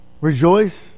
Rejoice